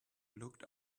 looked